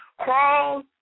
crawl